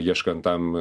ieškant tam